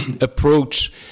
approach